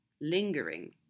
lingering